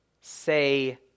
say